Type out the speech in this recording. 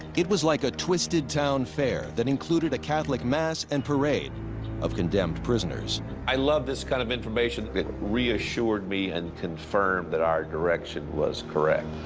it was like a twisted town fair that included a catholic mass and parade of condemned prisoners. roger i love this kind of information. it reassured me and confirmed that our direction was correct.